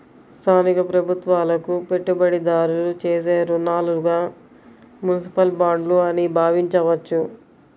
స్థానిక ప్రభుత్వాలకు పెట్టుబడిదారులు చేసే రుణాలుగా మునిసిపల్ బాండ్లు అని భావించవచ్చు